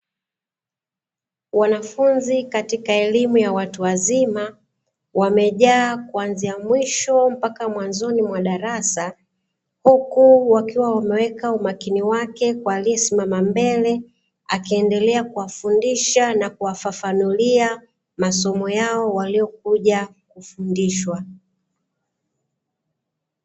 Wanafunzi katika elimu ya watu wazima wamejaa kwanzia mwisho mpaka mwanzoni mwa darasa, huku wakiwa wameweka umakini wao kwa aliesimama mbele akiendelea kuwafundisha na kuwafafanulia masomo yao waliokuja kufundishwa.